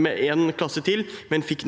med én klasse til, men fikk nei